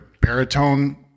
baritone